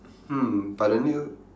hmm but the new